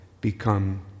become